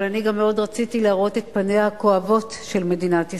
אבל אני גם מאוד רציתי להראות את פניה הכואבות של מדינת ישראל,